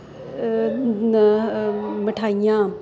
ਮਿਠਾਈਆਂ